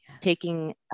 taking